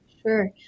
Sure